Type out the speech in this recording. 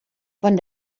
von